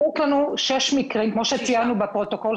יש לנו שישה מקרים כמו שציינו בפרוטוקול,